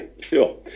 sure